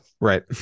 Right